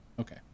Okay